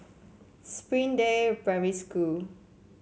Springdale Primary School